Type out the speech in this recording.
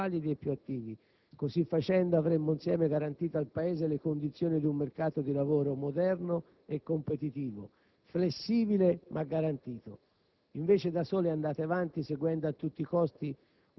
avremmo potuto integrarla con ammortizzatori sociali più validi e più attivi; così facendo, avremmo insieme garantito al Paese le condizioni di un mercato del lavoro moderno e competitivo, flessibile ma garantito.